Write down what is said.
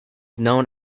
known